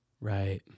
Right